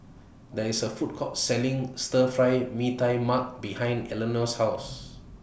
There IS A Food Court Selling Stir Fry Mee Tai Mak behind Elinor's House